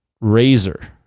razor